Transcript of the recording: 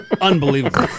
unbelievable